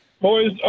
Boys